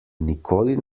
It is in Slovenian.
nikoli